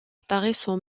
apparaissent